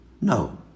No